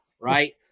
right